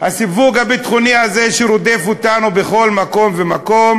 הסיווג הביטחוני הזה, שרודף אותנו בכל מקום ומקום